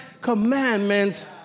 commandment